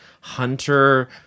Hunter